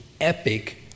epic